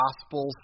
Gospels